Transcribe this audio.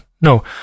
No